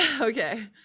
Okay